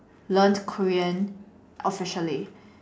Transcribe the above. learnt Korean officially